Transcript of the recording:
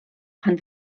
pan